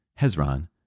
Hezron